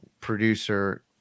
producer